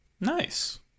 Nice